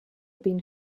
been